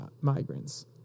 migrants